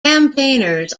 campaigners